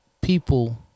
People